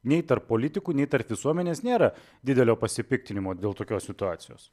nei tarp politikų nei tarp visuomenės nėra didelio pasipiktinimo dėl tokios situacijos